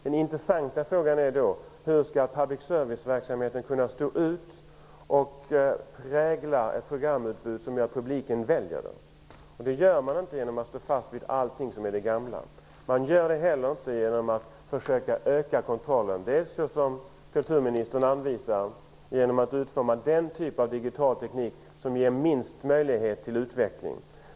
Den intressanta frågan är då hur public serviceverksamheten skall kunna stå ut och prägla ett programutbud som gör att publiken väljer den. Detta gör man inte genom att stå fast vid att allting skall vara som i den gamla verksamheten. Man gör det heller inte genom att försöka öka kontrollen, så som kulturministern anvisar, genom att utforma den typ av digital teknik som ger minst möjlighet till utveckling.